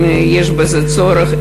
אם יש בזה צורך,